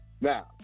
now